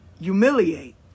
humiliate